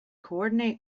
coordinate